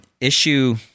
Issue